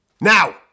now